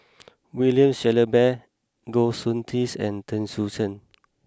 William Shellabear Goh Soon Tioe and Chen Sucheng